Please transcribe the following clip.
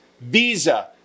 Visa